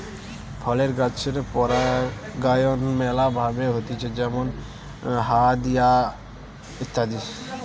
ফলের গাছের পরাগায়ন ম্যালা ভাবে হতিছে যেমল হায়া দিয়ে ইত্যাদি